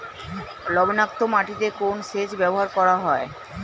লবণাক্ত মাটিতে কোন সেচ ব্যবহার করা হয়?